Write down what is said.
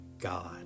God